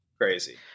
crazy